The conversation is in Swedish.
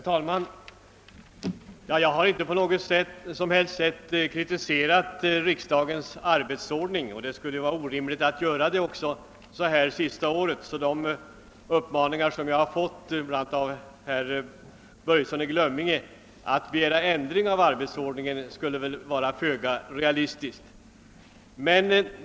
Herr talman! Jag har inte på något som helst sätt kritiserat riksdagens arbetsordning, och det skulle också vara orimligt att göra det så här det sista året. De uppmaningar som jag har fått bl.a. av herr Börjesson i Glömminge att begära ändringar i arbetsordningen är därför föga realistiska.